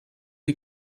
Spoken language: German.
die